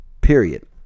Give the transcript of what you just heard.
period